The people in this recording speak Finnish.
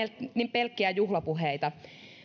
pelkkiä juhlapuheita